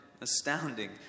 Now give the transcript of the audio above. astounding